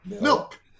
milk